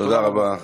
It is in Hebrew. תודה רבה.